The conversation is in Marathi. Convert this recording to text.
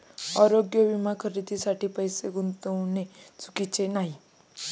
आरोग्य विमा खरेदीसाठी पैसे गुंतविणे चुकीचे नाही